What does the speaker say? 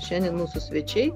šiandien mūsų svečiai